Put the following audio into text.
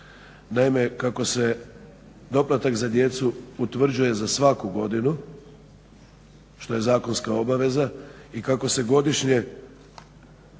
Naime, kako se doplatak za djecu utvrđuje za svaku godinu što je zakonska obaveza i kako se godišnje